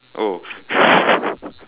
oh